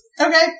Okay